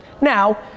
Now